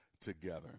together